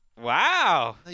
Wow